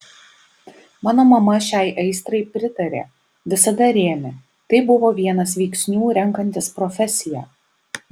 mano mama šiai aistrai pritarė visada rėmė tai buvo vienas veiksnių renkantis profesiją